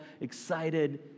excited